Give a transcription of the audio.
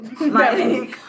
Right